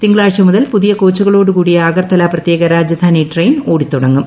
തിങ്കളാഴ്ച്ച് മുതൽ പുതിയ കോച്ചുകളോടു കൂടിയ അഗർത്തല പ്രത്യേക രാജ്ജ്യാനി ട്രെയിൻ ഓടി തുടങ്ങും